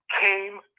came